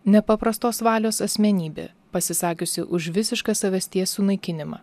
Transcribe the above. nepaprastos valios asmenybė pasisakiusi už visišką savasties sunaikinimą